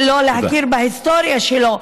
תפסיקי כבר עם ההסתה שלך.